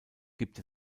gibt